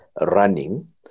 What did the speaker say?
running